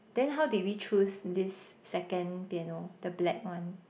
then how did we choose this second piano the black one